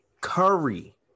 Curry